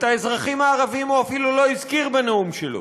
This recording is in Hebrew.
את האזרחים הערבים הוא אפילו לא הזכיר בנאום שלו,